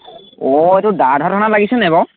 অ' এইটো দাধনৰ তাত লাগিছেনে বাৰু